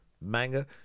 Manga